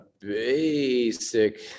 basic